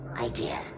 idea